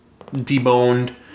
deboned